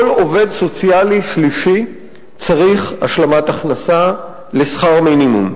כל עובד סוציאלי שלישי צריך השלמת הכנסה לשכר מינימום.